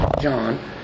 John